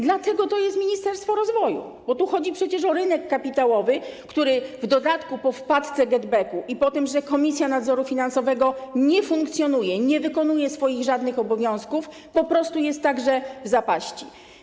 Dlatego to jest Ministerstwo Rozwoju, bo tu chodzi przecież o rynek kapitałowy, który w dodatku po wpadce GetBack-u i w związku z tym, że Komisja Nadzoru Finansowego nie funkcjonuje, nie wykonuje żadnych swoich obowiązków, po prostu jest także w zapaści.